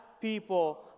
people